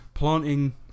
planting